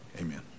Amen